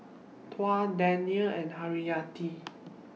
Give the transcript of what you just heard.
Tuah Daniel and Haryati